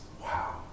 wow